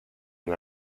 and